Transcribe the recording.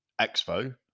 expo